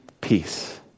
peace